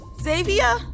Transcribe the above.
Xavier